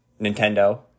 Nintendo